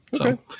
okay